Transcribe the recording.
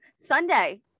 Sunday